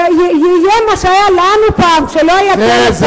יהיה מה שהיה לנו פעם כשלא היה טלפון.